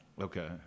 Okay